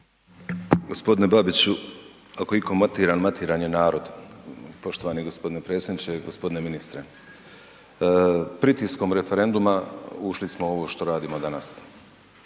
Gospodine Babiću, ako je itko matiran, matiran je narod. Poštovani gospodine predsjedniče, gospodine ministre, pritiskom referenduma ušli smo u ovo što radimo danas